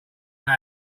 this